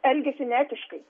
elgiasi neetiškai